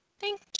Thank